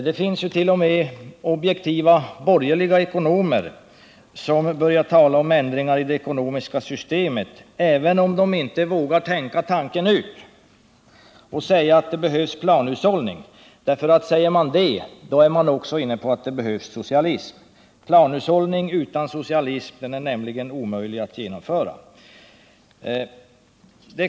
Det finns ju t.o.m. objektiva borgerliga ekonomer som börjar tala om ändringar i det ekonomiska systemet, även om de inte vågar tänka tanken ut och säga att det behövs planhushållning. Säger man det, då är man också inne på att det behövs socialism. Planhushållning utan socialism är nämligen omöjlig att genomföra.